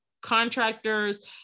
contractors